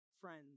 friends